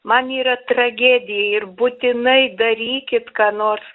man yra tragedija ir būtinai darykit ką nors